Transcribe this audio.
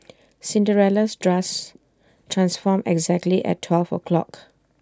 Cinderella's dress transformed exactly at twelve o' clock